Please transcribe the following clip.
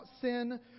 sin